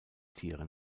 tiere